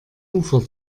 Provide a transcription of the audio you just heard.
ufer